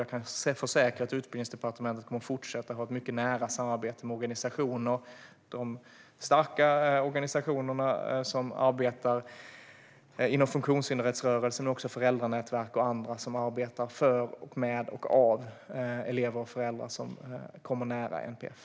Jag kan försäkra att Utbildningsdepartementet må fortsätta att ha ett mycket nära samarbete med de starka organisationer som arbetar inom funktionshindersrättsrörelsen och med föräldranätverk och andra som arbetar för, med och av elever och föräldrar som kommer nära NPF.